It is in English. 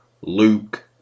Luke